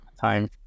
time